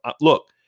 look